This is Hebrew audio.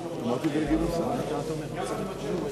אומר אורי שני.